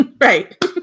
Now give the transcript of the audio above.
Right